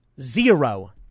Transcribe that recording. Zero